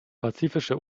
pazifische